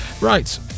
Right